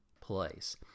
place